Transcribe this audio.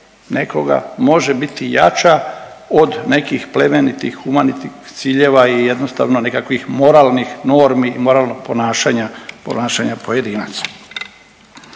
nekoga može biti jača od nekih plemenitih humanitih ciljeva i jednostavno nekakvih moralnih normi i moralnog ponašanja pojedinaca.